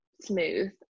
smooth